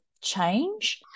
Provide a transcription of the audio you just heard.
change